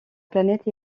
planète